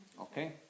Okay